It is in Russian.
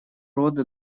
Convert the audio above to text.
рода